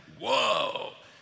whoa